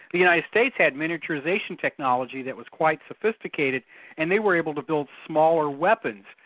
the united states had miniaturisation technology that was quite sophisticated and they were able to build smaller weapons.